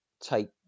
take